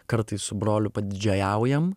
kartais su broliu padidžėjaujam